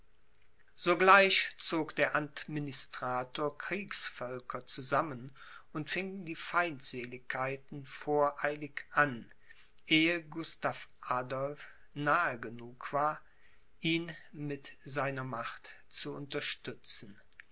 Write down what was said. sogleich zog der administrator kriegsvölker zusammen und fing die feindseligkeiten voreilig an ehe gustav adolph nahe genug war ihn mit seiner macht zu unterstützen